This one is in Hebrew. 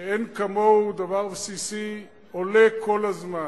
שאין כמוהו דבר בסיסי, עולה כל הזמן.